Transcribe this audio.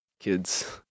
Kids